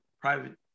Private